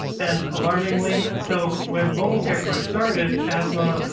and alarmingly, so when mobile care first started asthma,